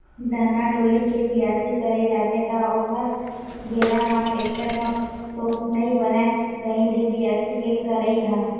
धनहा डोली के बियासी करे जाथे त ओ बेरा म टेक्टर म तो नइ बनय कही दे बियासी के करई ह?